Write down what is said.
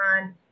on